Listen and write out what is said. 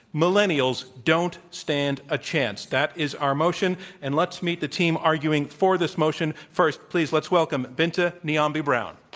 millennials don't stand a chance, that is our motion. and let's meet the team arguing for this motion. first, please, let's welcome binta niambi brown.